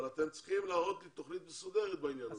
אבל אתם צריכים להראות לי תוכנית מסודרת בעניין הזה.